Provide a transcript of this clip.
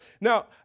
Now